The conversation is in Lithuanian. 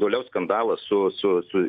toliau skandalas su su su